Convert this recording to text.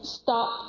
stop